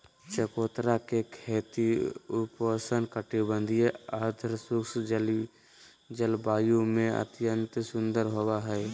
चकोतरा के खेती उपोष्ण कटिबंधीय, अर्धशुष्क जलवायु में अत्यंत सुंदर होवई हई